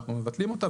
אנחנו מבטלים אותה.